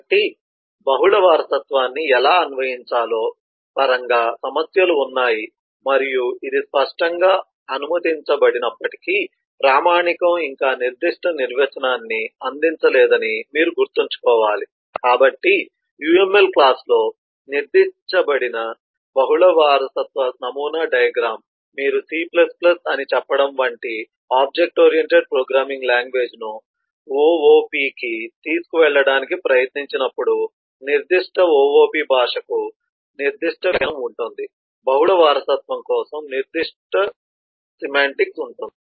కాబట్టి బహుళ వారసత్వాన్ని ఎలా అన్వయించాలో పరంగా సమస్యలు ఉన్నాయి మరియు ఇది స్పష్టంగా అనుమతించబడినప్పటికీ ప్రామాణికం ఇంకా నిర్దిష్ట నిర్వచనాన్ని అందించలేదని మీరు గుర్తుంచుకోవాలి కాబట్టి UML క్లాస్ లో సృష్టించబడిన బహుళ వారసత్వ నమూనా డయాగ్రామ్ మీరు C అని చెప్పడం వంటి ఆబ్జెక్ట్ ఓరియెంటెడ్ ప్రోగ్రామింగ్ లాంగ్వేజ్ను OOP కి తీసుకెళ్లడానికి ప్రయత్నించినప్పుడు నిర్దిష్ట OOP భాషకు నిర్దిష్ట వ్యాఖ్యానం ఉంటుంది బహుళ వారసత్వం కోసం నిర్దిష్ట సెమాంటిక్స్ ఉంటుంది